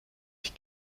ich